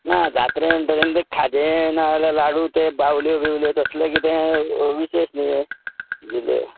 ना जात्रे म्हणटगीर तेका खाजें नाआल्या लाडू ते बावल्यो बिवल्यो तसले किदे विशेश न्ही हें जुल्यो